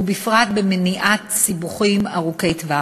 ובפרט במניעת סיבוכים ארוכי טווח.